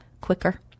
quicker